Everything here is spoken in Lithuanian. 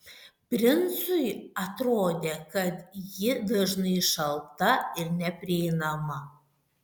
princui atrodė kad ji dažnai šalta ir neprieinama